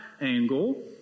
angle